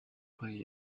find